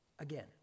again